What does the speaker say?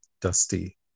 Dusty